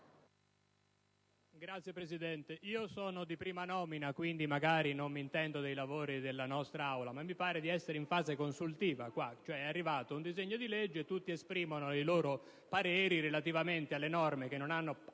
Signor Presidente, io sono di prima nomina, quindi magari non m'intendo di lavori della nostra Assemblea, ma mi pare di essere in fase consultiva. È arrivato un disegno di legge. Tutti esprimono il proprio parere relativamente alle norme che non hanno